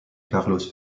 carlos